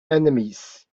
enemies